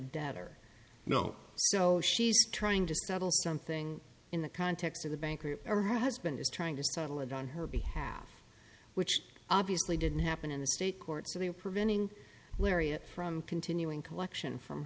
debtor no so she's trying to settle something in the context of the banker or her husband is trying to settle it on her behalf which obviously didn't happen in the state court so they are preventing lariat from continuing collection from